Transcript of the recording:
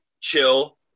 chill